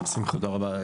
תודה רבה.